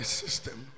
system